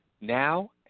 now